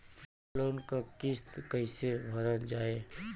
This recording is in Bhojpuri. लोन क किस्त कैसे भरल जाए?